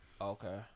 Okay